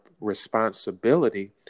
responsibility